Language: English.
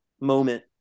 moment